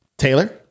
taylor